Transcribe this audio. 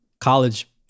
college